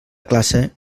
classe